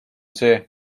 see